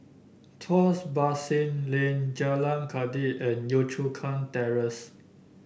Tuas Basin Lane Jalan Kledek and Yio Chu Kang Terrace